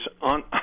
on